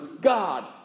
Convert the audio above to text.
God